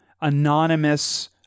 anonymous